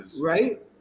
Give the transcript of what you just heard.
right